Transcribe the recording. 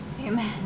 Amen